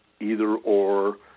either-or